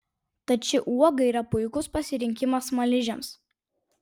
tad ši uoga yra puikus pasirinkimas smaližiams